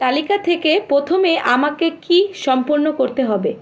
তালিকা থেকে প্রথমে আমাকে কি সম্পন্ন করতে হবে